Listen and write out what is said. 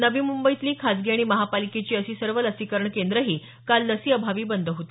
नवी मुंबईतली खाजगी आणि महापालिकेची अशी सर्व लसीकरण केंद्रही काल लसीअभावी बंद होती